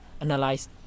analyze